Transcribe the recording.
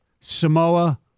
Samoa